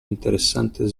interessante